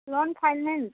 loan finance